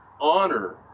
honor